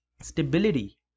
stability